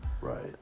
Right